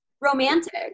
romantic